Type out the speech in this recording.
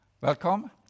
Welcome